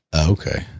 Okay